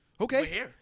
Okay